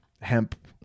hemp